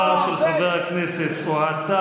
של חבר הכנסת אוהד טל.